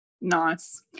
nice